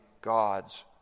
God's